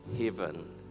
heaven